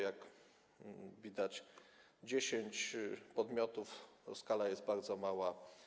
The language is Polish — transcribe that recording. Jak widać - 10 podmiotów - skala jest bardzo mała.